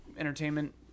entertainment